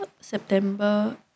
September